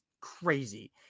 crazy